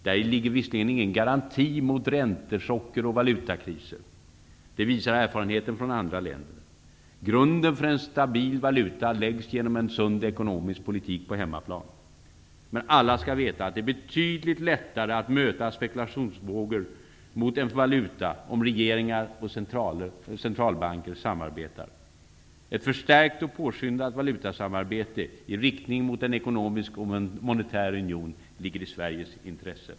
Däri ligger visserligen ingen garanti mot räntechocker och valutakriser. Det visar erfarenheten från andra länder. Grunden för en stabil valuta läggs genom en sund ekonomisk politik på hemmaplan. Men alla skall veta att det är betydligt lättare att möta spekulationsfrågor mot en valuta om regeringar och cenralbanker samarbetar. Ett förstärkt och påskyndat valutasamarbete i riktning mot en ekonomisk och monetär union ligger i Sveriges intresse.